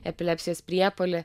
epilepsijos priepuolį